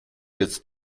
jetzt